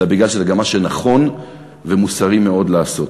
אלא בגלל שזה גם מה שנכון ומוסרי מאוד לעשות.